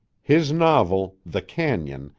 his novel, the canon,